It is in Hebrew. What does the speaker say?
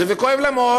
וכואב לה מאוד.